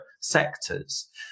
sectors